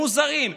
מוזרים,